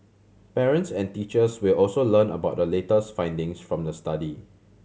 parents and teachers will also learn about the latest findings from the study